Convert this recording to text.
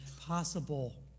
possible